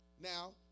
Now